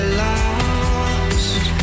lost